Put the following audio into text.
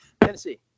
Tennessee